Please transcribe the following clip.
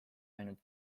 ainult